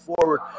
forward